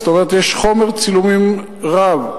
זאת אומרת, יש חומר צילומים רב.